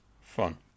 fun